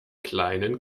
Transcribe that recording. kleinen